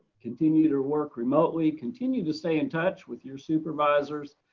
continue to work remotely continue, to stay in touch with your supervisors,